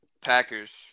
Packers